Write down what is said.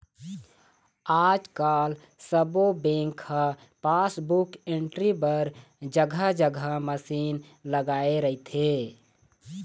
आजकाल सब्बो बेंक ह पासबुक एंटरी बर जघा जघा मसीन लगाए रहिथे